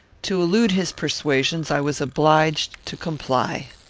to elude his persuasions i was obliged to comply.